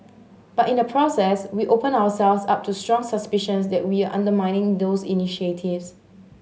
but in the process we opened ourselves up to strong suspicions that we are undermining those initiatives